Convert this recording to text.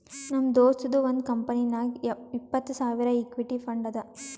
ನಮ್ ದೋಸ್ತದು ಒಂದ್ ಕಂಪನಿನಾಗ್ ಇಪ್ಪತ್ತ್ ಸಾವಿರ್ ಇಕ್ವಿಟಿ ಫಂಡ್ ಅದಾ